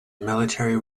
military